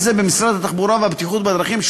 זה במשרד התחבורה והבטיחות בדרכים,